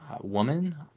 woman